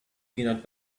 peanut